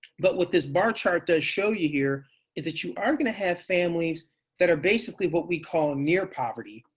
but what this bar chart does show you here is that you are going to have families that are basically what we call near poverty.